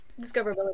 Discoverability